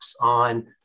on